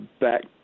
back